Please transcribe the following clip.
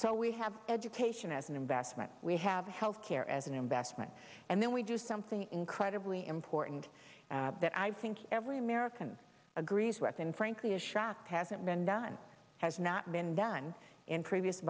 so we have education as an investment we have health care as an investment and then we do something incredibly important that i think every american agrees with and frankly is shacked hasn't been done has not been done in previous